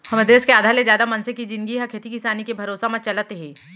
हमर देस के आधा ले जादा मनसे के जिनगी ह खेती किसानी के भरोसा म चलत हे